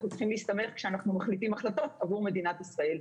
צריכים להסתמך כשאנחנו מחליטים החלטות עבור מדינת ישראל,